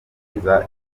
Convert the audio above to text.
imana